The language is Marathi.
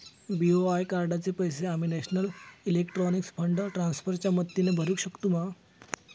बी.ओ.आय कार्डाचे पैसे आम्ही नेशनल इलेक्ट्रॉनिक फंड ट्रान्स्फर च्या मदतीने भरुक शकतू मा?